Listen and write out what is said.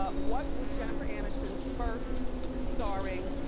ah what was jennifer aniston's first starring